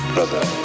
Brother